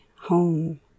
home